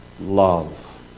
love